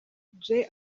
jay